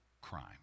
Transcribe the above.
crime